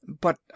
But